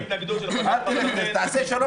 --- התנגדות של חבר פרלמנט --- תעשה שלום